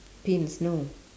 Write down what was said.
pins no